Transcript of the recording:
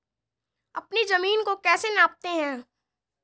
अपनी जमीन को कैसे नापते हैं?